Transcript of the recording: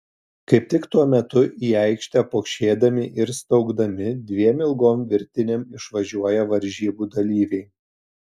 kaip tik tuo metu į aikštę pokšėdami ir staugdami dviem ilgom virtinėm išvažiuoja varžybų dalyviai